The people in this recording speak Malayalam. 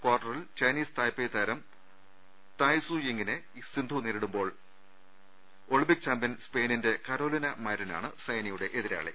കാർട്ടറിൽ ചൈനീസ് തായ്പെയ് താരം തായ്സൂ യിങ്ങിനെ സിന്ധു നേരിടുമ്പോൾ ഒളിംപിക് ചാമ്പ്യൻ സ്പെയിനിന്റെ കരോലിന മാരിനാണ് സൈനയുടെ എതിരാളി